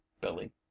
billy